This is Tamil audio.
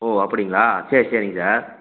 ஓ அப்படிங்களா சரி சரிங்க சார்